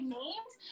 named